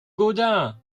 gaudin